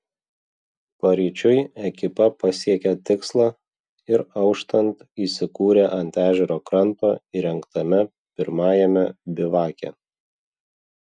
paryčiui ekipa pasiekė tikslą ir auštant įsikūrė ant ežero kranto įrengtame pirmajame bivake